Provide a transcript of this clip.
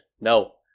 No